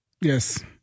Yes